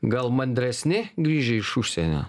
gal mandresni grįžę iš užsienio